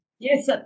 Yes